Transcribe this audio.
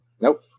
Nope